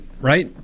right